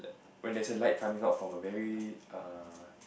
when there's a light coming out from a very err